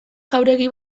jauregi